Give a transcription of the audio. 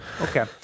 okay